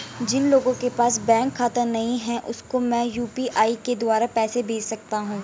जिन लोगों के पास बैंक खाता नहीं है उसको मैं यू.पी.आई के द्वारा पैसे भेज सकता हूं?